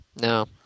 No